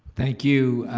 thank you,